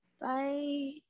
Bye